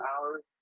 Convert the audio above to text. hours